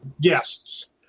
guests